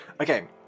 Okay